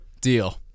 Deal